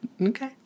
okay